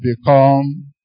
become